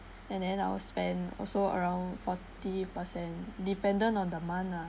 and then I'll spend also around forty percent dependent on the month lah